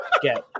get